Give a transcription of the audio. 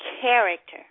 character